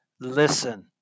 listen